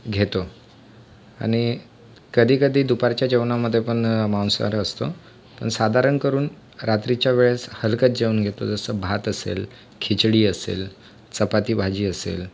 घेतो आणि कधीकधी दुपारच्या जेवणामधे पण मांसाहार असतो पण साधारण करून रात्रीच्या वेळेस हलकंच जेवण घेतो जसं भात असेल खिचडी असेल चपाती भाजी असेल